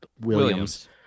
Williams